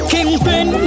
Kingpin